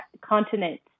continent